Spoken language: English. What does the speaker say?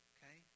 Okay